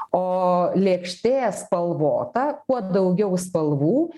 o lėkštė spalvota kuo daugiau spalvų